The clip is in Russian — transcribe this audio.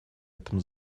этом